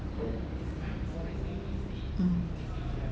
mm